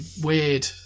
weird